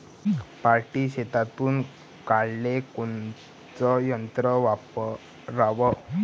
पराटी शेतातुन काढाले कोनचं यंत्र वापराव?